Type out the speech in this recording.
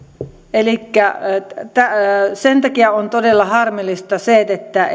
elikkä sen takia on todella harmillista se että